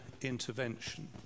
intervention